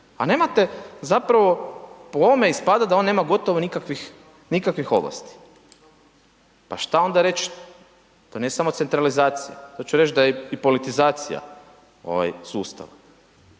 A nemate zapravo po ovome ispada da on nema gotovo nikakvih, nikakvih ovlasti. Pa šta onda reći, to nije samo centralizacija, to ću reći da je i politizacija ovaj sustav,